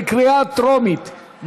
בקריאה טרומית.